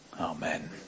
Amen